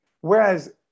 Whereas